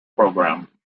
programme